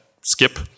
skip